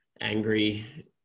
angry